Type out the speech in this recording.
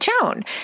Joan